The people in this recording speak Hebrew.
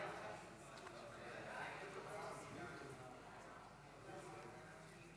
להלן תוצאות ההצבעה: 39 בעד,